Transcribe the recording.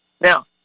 Now